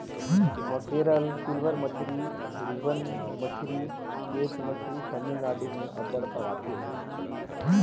mackerel, silver मछरी, ribbon मछरी, cat मछरी तमिलनाडु में अब्बड़ पवाथे